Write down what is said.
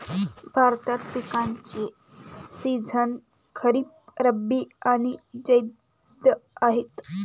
भारतात पिकांचे सीझन खरीप, रब्बी आणि जैद आहेत